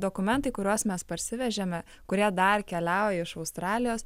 dokumentai kuriuos mes parsivežėme kurie dar keliauja iš australijos